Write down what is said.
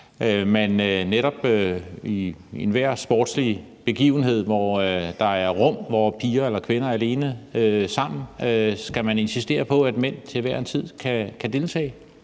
man netop i enhver sportslig begivenhed, hvor der er rum, hvor piger eller kvinder er alene sammen, skal insistere på, at mænd til hver en tid kan deltage?